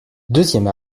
deuxième